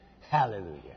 Hallelujah